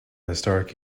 historic